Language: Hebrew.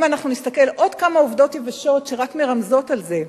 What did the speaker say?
עוד כמה עובדות יבשות שרק מרמזות על זה: